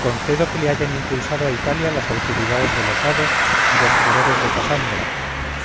concedo que le hayan impulsado a italia la autoridad de los hados y los furores de casandra